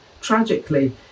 Tragically